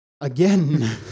Again